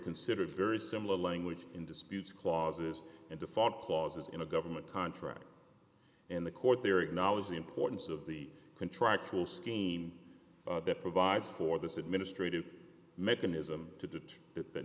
considered very similar language in disputes clauses and default clauses in a government contract and the court there acknowledge the importance of the contractual scheme that provides for this administrative mechanism to detect it that